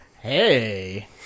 Hey